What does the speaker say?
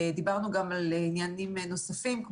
דיברנו גם על עניינים נוספים,